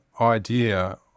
idea